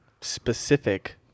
specific